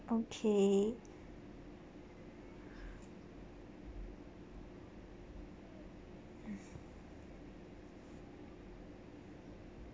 okay